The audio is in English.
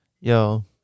Yo